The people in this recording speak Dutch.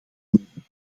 nemen